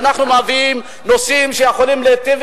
אנחנו מביאים נושאים שיכולים להיטיב